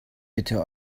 bitte